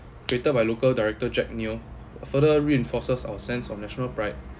created by local director jack neo further reinforces our sense of national pride